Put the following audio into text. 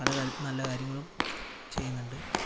പല നല്ല കാര്യങ്ങളും ചെയ്യുന്നുണ്ട്